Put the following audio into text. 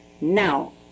now